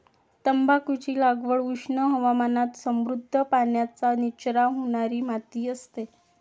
तंबाखूची लागवड उष्ण हवामानात समृद्ध, पाण्याचा निचरा होणारी माती असते